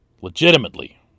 legitimately